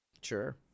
Sure